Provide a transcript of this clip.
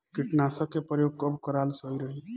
कीटनाशक के प्रयोग कब कराल सही रही?